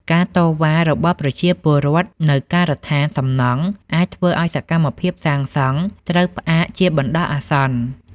ការតវ៉ារបស់ប្រជាពលរដ្ឋនៅការដ្ឋានសំណង់ អាចធ្វើឱ្យសកម្មភាពសាងសង់ត្រូវផ្អាកជាបណ្ដោះអាសន្ន។